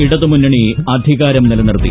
ഇടതുമുന്നണി അധികാരം നിലനിർത്തി